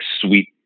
sweet